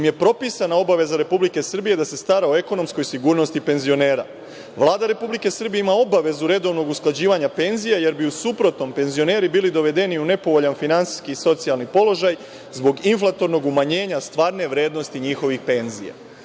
kojim je propisana obaveza Republike Srbije da se stara o ekonomskoj sigurnosti penzionera. Vlada Republike Srbije ima obavezu redovnog usklađivanja penzija jer bi, u suprotnom, penzioneri bili dovedeni u nepovoljan finansijski i socijalni položaj zbog inflatornog umanjenja stvarne vrednosti njihovih penzija. Dakle,